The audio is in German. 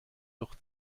durch